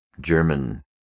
German